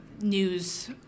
news